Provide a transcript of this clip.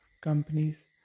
companies